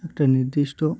একটা নির্দিষ্ট